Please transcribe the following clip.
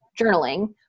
journaling